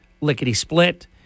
lickety-split